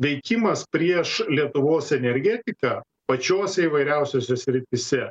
tveikimas prieš lietuvos energetiką pačiose įvairiausiose srityse